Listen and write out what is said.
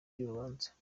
ry’urubanza